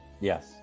Yes